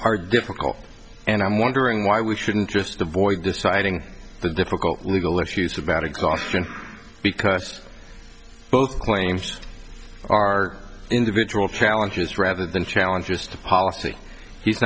are different and i'm wondering why we shouldn't just avoid deciding the difficult legal issues about exhaust and because both claims are individual challenges rather than challenges to policy he's